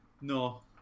No